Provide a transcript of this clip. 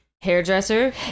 hairdresser